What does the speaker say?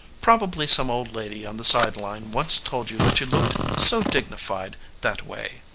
probably some old lady on the side-line once told you that you looked so dignified that way.